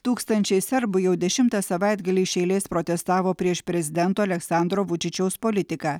tūkstančiai serbų jau dešimtą savaitgalį iš eilės protestavo prieš prezidento aleksandro vučičiaus politiką